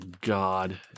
God